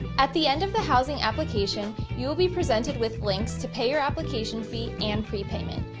at the end of the housing application, you will be presented with links to pay your application fee and prepavement.